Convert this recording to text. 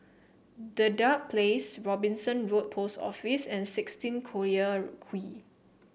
Dedap Place Robinson Road Post Office and sixteen Collyer Quay